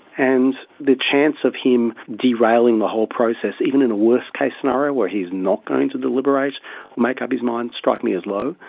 and the chance of him derailing the whole process, even in a worst case scenario where he is not going to deliberate or make up his mind strike me as low.